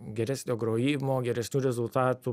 geresnio grojimo geresnių rezultatų